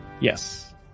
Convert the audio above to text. Yes